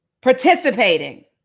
Participating